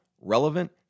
relevant